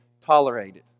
tolerated